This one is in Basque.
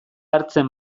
hartzen